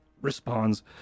responds